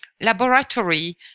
laboratory